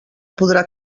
podrà